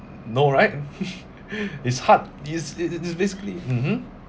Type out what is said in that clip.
no right is hard you see th~ th~ this basically mmhmm